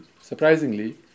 surprisingly